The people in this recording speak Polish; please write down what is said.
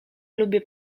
lubię